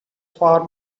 far